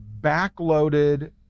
backloaded